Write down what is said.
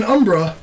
Umbra